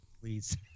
please